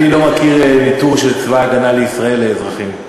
אני לא מכיר ניטור של צבא הגנה לישראל לאזרחים.